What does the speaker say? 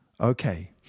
Okay